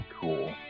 Cool